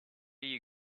you